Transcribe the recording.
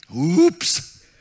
Oops